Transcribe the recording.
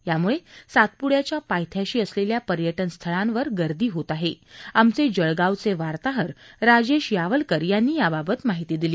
यामुळे सातप्ड्याच्या पायथ्याशी असलेल्या पर्यटनस्थळांवर गर्दी होत आहे आमचे जळगावचे वार्ताहर राजेश यावलकर यांनी याबाबत माहिती दिली